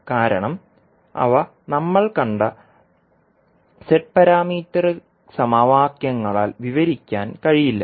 കാരണം അവ നമ്മൾ കണ്ട z പാരാമീറ്റർ സമവാക്യങ്ങളാൽ വിവരിക്കാൻ കഴിയില്ല